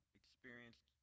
experienced